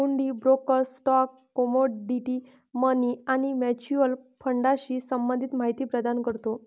हुंडी broker stock, commodity, money आणि mutual फंडाशी संबंधित माहिती प्रदान करतो